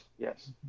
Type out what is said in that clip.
yes